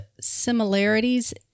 similarities